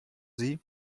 sie